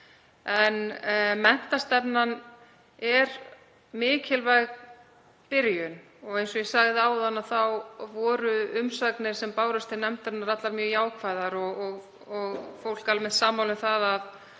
Menntastefnan er mikilvæg byrjun og eins og ég sagði áðan voru umsagnir sem bárust til nefndarinnar allar mjög jákvæðar og fólk almennt sammála um að